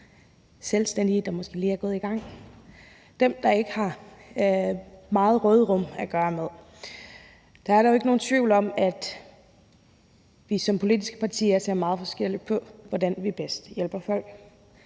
selvstændige, der måske lige er gået i gang, dem, der ikke har meget råderum at gøre godt med. Der er dog ikke nogen tvivl om, at vi som politiske partier ser meget forskelligt på, hvordan vi bedst hjælper folk.